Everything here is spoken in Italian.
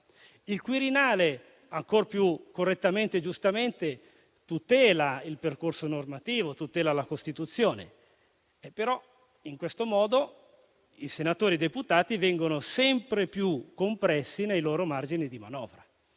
Il Quirinale, ancor più correttamente e giustamente, tutela il percorso normativo e la Costituzione. In questo modo, però, i senatori e i deputati vengono sempre più compressi nei loro margini di manovra,